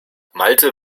malte